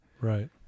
Right